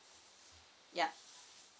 yup